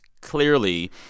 clearly